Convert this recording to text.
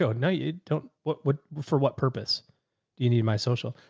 go, no, you don't. what, what for what purpose? do you need my social?